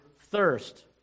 thirst